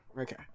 Okay